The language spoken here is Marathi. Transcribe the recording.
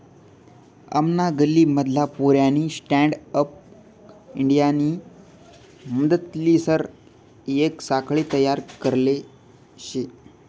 आमना गल्ली मधला पोऱ्यानी स्टँडअप इंडियानी मदतलीसन येक साखळी तयार करले शे